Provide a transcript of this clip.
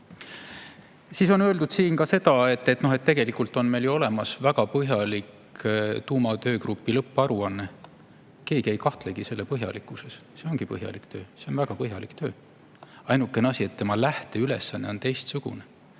On öeldud siin ka seda, et tegelikult on meil ju olemas väga põhjalik tuumatöögrupi lõpparuanne. Keegi ei kahtlegi selle põhjalikkuses, see ongi põhjalik töö, see on väga põhjalik. Ainuke asi: selle lähteülesanne on teistsugune.